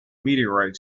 meteorites